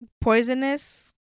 poisonous